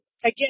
Again